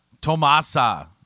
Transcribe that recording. Tomasa